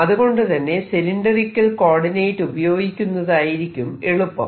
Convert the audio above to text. അതുകൊണ്ടുതന്നെ cylindrical coordinate ഉപയോഗിക്കുന്നതായിരിക്കും എളുപ്പം